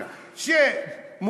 שנייה.